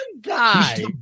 guy